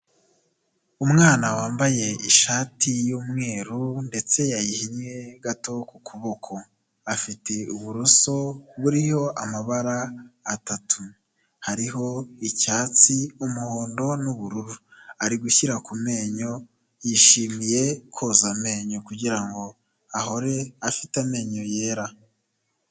Umwana wambaye ishati y'umweru ndetse yayihinnye gato ku kuboko, afite uburoso buriho amabara atatu, hariho icyatsi, umuhondo n'ubururu, ari gushyira ku menyo, yishimiye koza amenyo kugira ngo ahore afite amenyo yera.